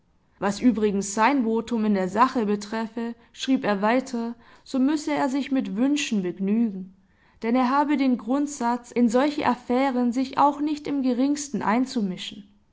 was übrigens sein votum in der sache betreffe schrieb er weiter so müsse er sich mit wünschen begnügen denn er habe den grundsatz in solche affären sich auch nicht im geringsten einzumischen